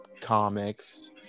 comics